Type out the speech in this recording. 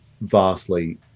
vastly